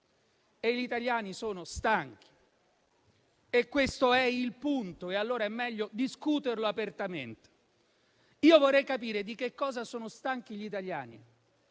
gli italiani sono stanchi. Questo è il punto e allora è meglio discuterlo apertamente. Vorrei capire di che cosa sono stanchi gli italiani,